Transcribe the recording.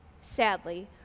Sadly